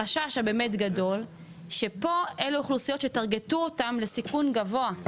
החשש הגדול באמת הוא שאלו אוכלוסיות שיסמנו אותן בסיכון גבוה,